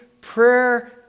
prayer